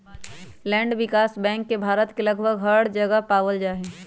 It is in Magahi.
लैंड विकास बैंक के भारत के लगभग हर जगह पावल जा हई